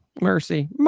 mercy